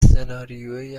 سناریویی